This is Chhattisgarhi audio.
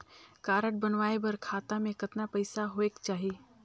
कारड बनवाय बर खाता मे कतना पईसा होएक चाही?